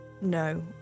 no